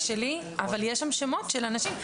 שלי אבל יש שם שמות של אנשים.